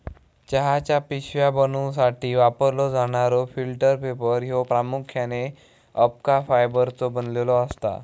चहाच्या पिशव्या बनवूसाठी वापरलो जाणारो फिल्टर पेपर ह्यो प्रामुख्याने अबका फायबरचो बनलेलो असता